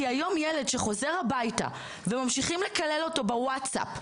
כי היום ילד שחוזר הביתה וממשיכים לקלל אותו בוואטסאפ,